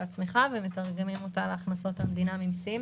הצמיחה ומתרגמים אותה להכנסות המדינה ממסים.